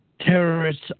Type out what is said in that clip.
Terrorists